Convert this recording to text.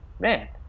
man